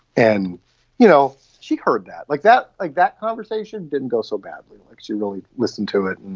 and you know, she heard that like that. like that conversation didn't go so badly. like she really listened to it and